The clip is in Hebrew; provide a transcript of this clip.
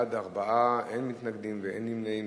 בעד, 4, אין מתנגדים ואין נמנעים.